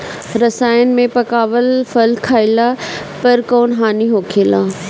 रसायन से पकावल फल खइला पर कौन हानि होखेला?